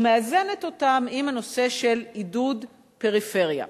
ומאזנת אותם עם הנושא של עידוד פריפריה.